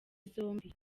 zombie